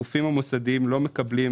הגופים המוסדיים לא מקבלים,